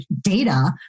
data